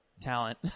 talent